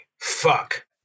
fuck